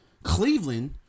Cleveland